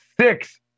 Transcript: six